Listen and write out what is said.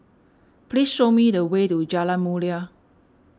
please show me the way to Jalan Mulia